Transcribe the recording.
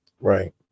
Right